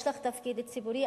יש לך תפקיד ציבורי,